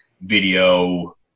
video